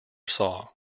saw